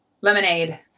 Lemonade